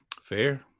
Fair